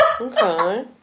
Okay